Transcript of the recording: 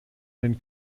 den